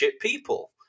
people